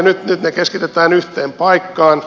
nyt ne keskitetään yhteen paikkaan